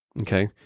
Okay